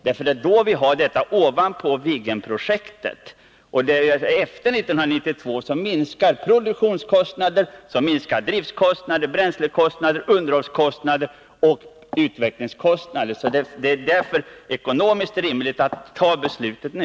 Det är då vi har dessa kostnader ovanpå Viggenproduktionen. Efter 1992 minskar utvecklingskostnader, produktionskostnader, driftkostnader, bränslekostnader och underhållskostnader. Det är därför ekonomiskt rimligt att fatta beslutet nu.